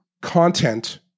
content